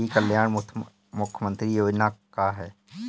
ई कल्याण मुख्य्मंत्री योजना का है?